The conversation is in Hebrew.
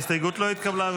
ההסתייגות לא התקבלה.